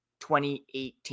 2018